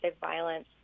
violence